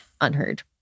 unheard